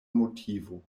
motivo